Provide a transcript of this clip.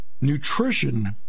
Nutrition